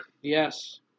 Yes